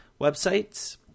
websites